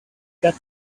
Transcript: got